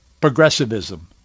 progressivism